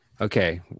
okay